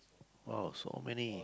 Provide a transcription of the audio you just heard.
!wow! so many